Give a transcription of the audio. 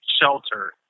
shelter